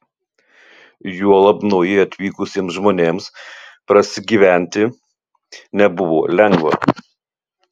juolab naujai atvykusiems žmonėms prasigyventi nebuvo lengva